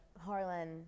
Harlan